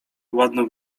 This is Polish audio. ładne